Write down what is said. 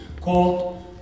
called